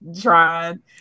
trying